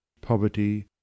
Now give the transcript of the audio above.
poverty